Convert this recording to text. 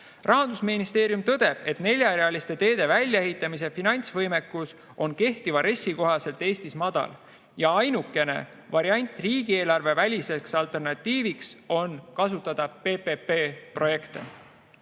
Rahandusministeerium tõdeb, et neljarealiste teede väljaehitamise finantsvõimekus on kehtiva RES‑i kohaselt Eestis madal ja ainukene variant riigieelarveväliseks alternatiiviks on kasutada PPP‑projekte.